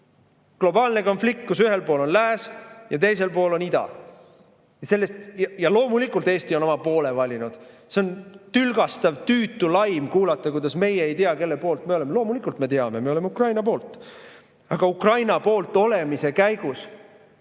Globaalne konflikt, kus ühel pool on lääs ja teisel pool on ida. Ja loomulikult Eesti on oma poole valinud. On tülgastav, tüütu laim, et meie ei tea, kelle poolt me oleme. Loomulikult me teame, me oleme Ukraina poolt. Aga Ukraina poolt olemise käigus